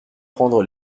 prendre